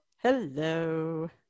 Hello